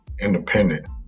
independent